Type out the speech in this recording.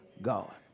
God